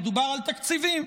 מדובר על תקציבים.